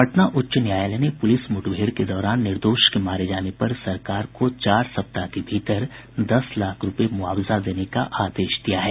पटना उच्च न्यायालय ने पुलिस मुठभेड़ के दौरान निर्दोष के मारे जाने पर सरकार को चार सप्ताह के भीतर दस लाख रूपये मुआवजा देने का आदेश दिया है